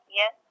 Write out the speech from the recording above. yes